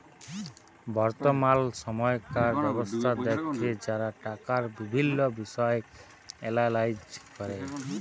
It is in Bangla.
বর্তমাল সময়কার ব্যবস্থা দ্যাখে যারা টাকার বিভিল্ল্য বিষয় এলালাইজ ক্যরে